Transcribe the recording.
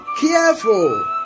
careful